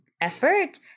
effort